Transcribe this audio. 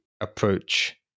approach